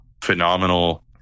phenomenal